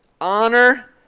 honor